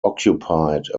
occupied